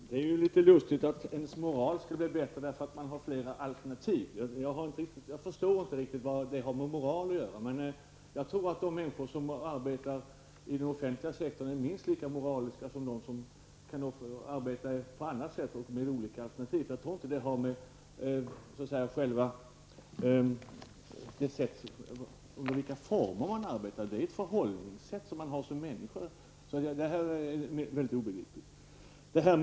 Herr talman! Det är litet lustigt att ens moral skulle bli bättre för att man har flera alternativ. Jag förstår inte riktigt vad det har med moral att göra, men jag tror att de människor som arbetar i den offentliga sektorn är minst lika moraliska som de som arbetar på andra sätt och med olika alternativ. Jag tror inte att det beror på under vilka former man arbetar. Det är ett förhållningssätt man har som människa. Detta är mycket obegripligt.